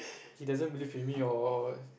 he doesn't believe in me or what what